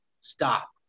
stop